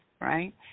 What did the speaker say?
Right